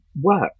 work